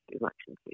election